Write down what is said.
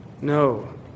No